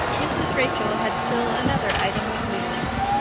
mrs. rachel had still another item of news.